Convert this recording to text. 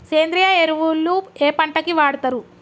సేంద్రీయ ఎరువులు ఏ పంట కి వాడుతరు?